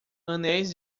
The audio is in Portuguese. anéis